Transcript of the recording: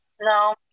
No